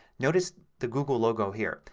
notice the goggle logo here.